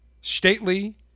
stately